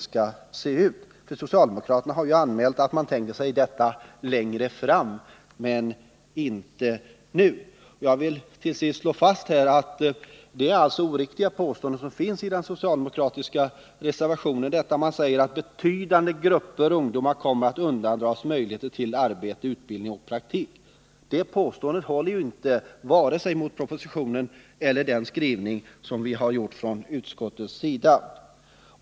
Socialdemokraterna har ju f. ö. anmält att de tänker sig detta längre fram men inte nu. Jag vill till sist säga att påståendet i den socialdemokratiska reservationen, att ”betydande grupper ungdomar kommer att undandras möjligheter till arbete, utbildning och praktik”, är oriktigt. Det påståendet håller inte, vare sig det gäller propositionen eller utskottets skrivning.